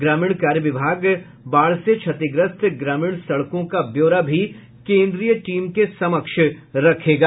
ग्रामीण कार्य विभाग बाढ़ से क्षतिग्रस्त ग्रामीण सड़कों का ब्यौरा भी केन्द्रीय टीम के समक्ष रखेगा